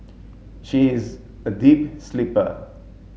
she is a deep sleeper